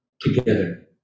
together